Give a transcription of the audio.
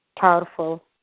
powerful